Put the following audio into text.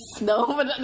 no